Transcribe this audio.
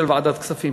של ועדת הכספים.